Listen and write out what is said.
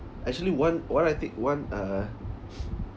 actually one what I think one uh